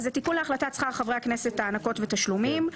"תיקון להחלטת שכר חברי הכנסת הענקות ותשלומים".